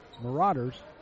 Marauders